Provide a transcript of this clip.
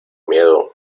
miedo